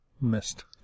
Missed